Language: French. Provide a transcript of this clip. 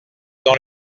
dans